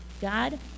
God